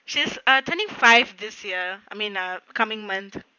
she's ah twenty five this year I mean ah coming month